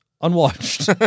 unwatched